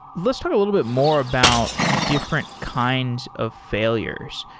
let's talk a little bit more about different kinds of failures.